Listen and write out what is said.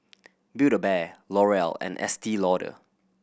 Build A Bear L'Oreal and Estee Lauder